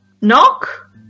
Knock